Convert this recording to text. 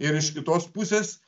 ir iš kitos pusės